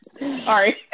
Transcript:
Sorry